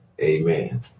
amen